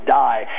die